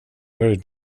very